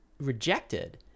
rejected